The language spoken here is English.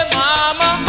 mama